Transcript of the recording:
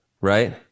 right